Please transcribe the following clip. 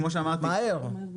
מהר.